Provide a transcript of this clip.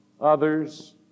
Others